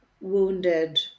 wounded